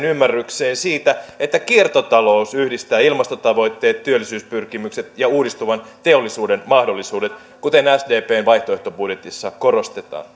ymmärrykseen siitä että kiertotalous yhdistää ilmastotavoitteet työllisyyspyrkimykset ja uudistuvan teollisuuden mahdollisuudet kuten sdpn vaihtoehtobudjetissa korostetaan